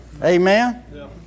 Amen